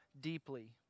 deeply